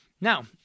Now